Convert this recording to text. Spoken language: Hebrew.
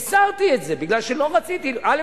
הסרתי את זה משום שלא רציתי, א.